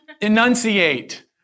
enunciate